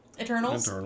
Eternals